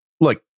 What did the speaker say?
look